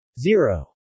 Zero